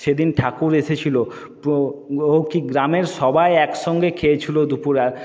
সেদিন ঠাকুর এসেছিলো গ্রামের সবাই একসঙ্গে খেয়েছিলো দুপুরে